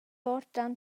oter